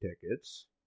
tickets